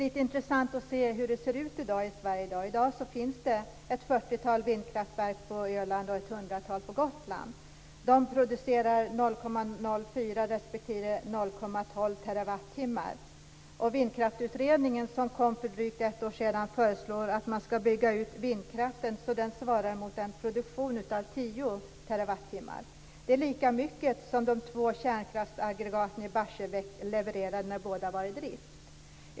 I dag finns i Sverige ett fyrtiotal vindkraftverk på Öland och ett hundratal på Gotland. De producerar 0,04 respektive 0,12 terawattimmar. Vindkraftsutredningen, som kom för drygt ett år sedan, föreslår att man ska bygga ut vindkraften så att den svarar mot en produktion av 10 terawattimmar. Det är lika mycket som de två kärnkraftsaggregaten i Barsebäck levererade när båda var i drift.